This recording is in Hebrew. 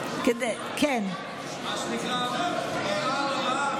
כדי מה שנקרא בפעם הבאה,